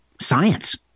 Science